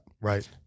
Right